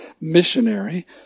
missionary